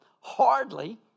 Hardly